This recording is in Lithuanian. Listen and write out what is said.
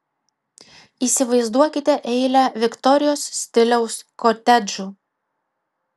įsivaizduokite eilę viktorijos stiliaus kotedžų